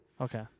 okay